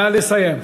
נא לסיים.